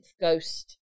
ghost